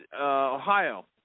Ohio